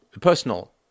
personal